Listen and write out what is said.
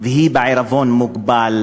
והיא בעירבון מוגבל,